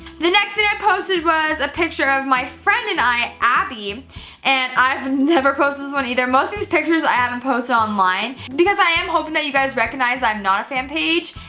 the next thing i posted was a picture of my friend and i abby and i've never posted this one either. most of these pictures i haven't posted online because i am hoping that you guys recognize i'm not a fan page.